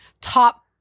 top